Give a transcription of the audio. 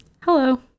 Hello